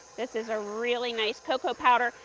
this is a really nice cocoa powder,